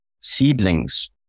seedlings